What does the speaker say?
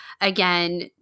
again